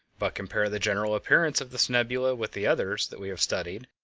but compare the general appearance of this nebula with the others that we have studied,